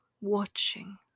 watching